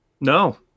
No